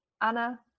Anna